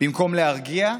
במקום להרגיע,